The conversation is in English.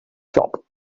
shop